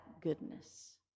goodness